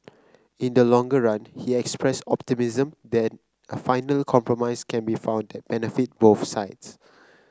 in the longer run he expressed optimism that a final compromise can be found that benefit both sides